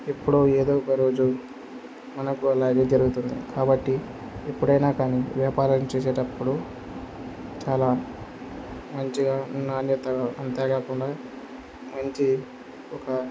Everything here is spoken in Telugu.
ఎప్పుడో ఏదో ఒక రోజు మనకుోలనే జరుగుతుంది కాబట్టి ఎప్పుడైనా కానీ వ్యాపారం చేసేటప్పుడు చాలా మంచిగా నాణ్యత అంతే కాకుండా మంచి ఒక